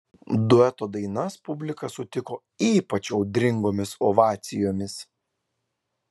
dueto dainas publika sutiko ypač audringomis ovacijomis